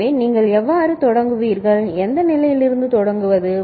எனவே நீங்கள் எவ்வாறு தொடங்குவீர்கள் எந்த நிலையிலிருந்து தொடங்குவது